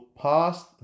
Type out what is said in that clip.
past